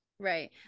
Right